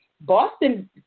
Boston